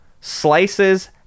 slices